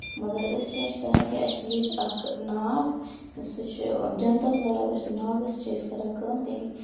مَگر أسۍ کیاہ چھِ کران کہِ أسۍ چھِ ییٚتہِ اکھ ناگ سُہ چھُ جنتس برابر سُہ ناگ أسۍ چھِ کران کٲم تَمہِ